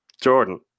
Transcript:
Jordan